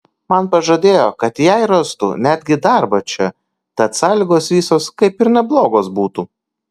man pažadėjo kad jai rastų netgi darbą čia tad sąlygos visos kaip ir neblogos būtų